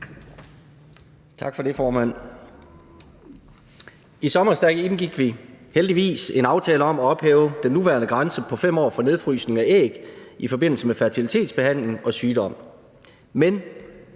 I sommer indgik vi heldigvis en aftale om at ophæve den nuværende grænse på 5 år for nedfrysning af æg i forbindelse med fertilitetsbehandling og sygdom.